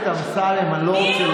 נורבגי?